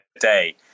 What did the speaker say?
day